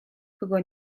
kogo